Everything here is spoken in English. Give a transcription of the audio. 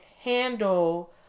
handle